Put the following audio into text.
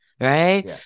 Right